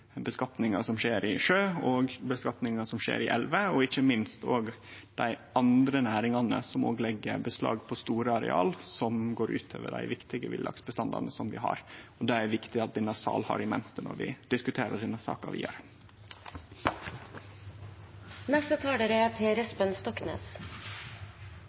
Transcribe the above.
som skjer i sjø, og utnyttinga som skjer i elver, og ikkje minst dei andre næringane som òg legg beslag på store areal, og som går ut over dei viktige villaksbestandane vi har. Det er det viktig at denne salen har i mente når vi diskuterer denne saka vidare. Dette er